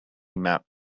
map